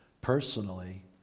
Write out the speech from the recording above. personally